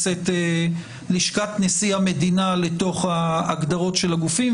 את לשכת נשיא המדינה לתוך ההגדרות של הגופים,